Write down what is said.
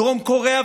דרום קוריאה,